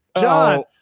John